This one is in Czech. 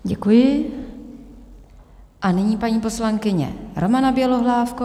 Děkuji a nyní paní poslankyně Romana Bělohlávková.